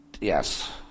yes